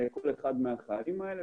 לכל אחד מהחיילים האלה.